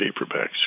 paperbacks